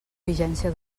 vigència